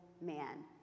man